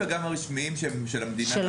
כל ה-100 אלף וגם הרשמיים של המדינה מלמדים עברית.